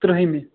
ترٛہمہِ